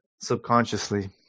subconsciously